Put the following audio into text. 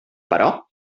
però